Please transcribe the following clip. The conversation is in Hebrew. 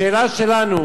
השאלה שלנו,